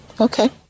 Okay